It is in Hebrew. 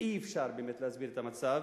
אי-אפשר להסביר את המצב.